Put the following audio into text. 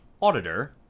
auditor